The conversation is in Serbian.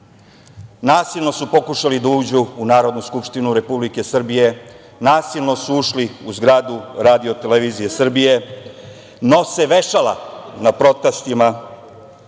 Nasilno su pokušali da uđu u Narodnu skupštinu Republike Srbije, nasilno su ušli u zgradu RTS-a, nose vešala na protestima,